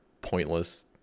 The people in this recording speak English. pointless